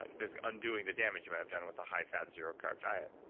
like basically undoing the damage you may have done with a high fat zero carb diet?